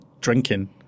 drinking